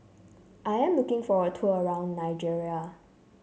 I am looking for a tour around Nigeria